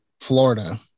Florida